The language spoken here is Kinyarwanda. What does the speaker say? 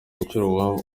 inshuro